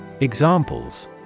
Examples